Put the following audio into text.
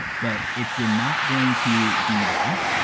but if you're not going to do that,